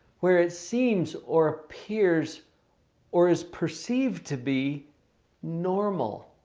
where it seems or appears or is perceived to be normal.